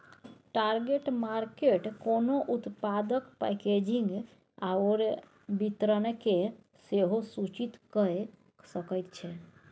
target market कोनो उत्पादक packaging आओर वितरणकेँ सेहो सूचित कए सकैत छै